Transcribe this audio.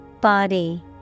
Body